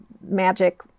magic